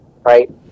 Right